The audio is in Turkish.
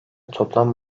toplam